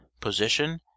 position